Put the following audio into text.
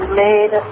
made